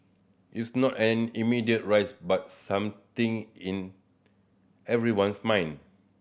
it's not an immediate risk but something in everyone's mind